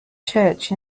church